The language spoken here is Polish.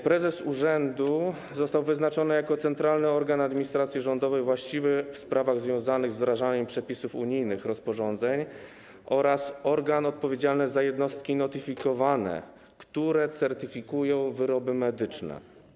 Prezes urzędu został wyznaczony jako centralny organ administracji rządowej właściwy w sprawach związanych z wdrażaniem przepisów unijnych rozporządzeń oraz organ odpowiedzialny za jednostki notyfikowane, które certyfikują wyroby medyczne.